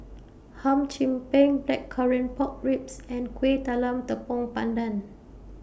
Hum Chim Peng Blackcurrant Pork Ribs and Kuih Talam Tepong Pandan